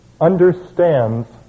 understands